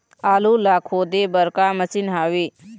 आलू ला खोदे बर का मशीन हावे?